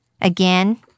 again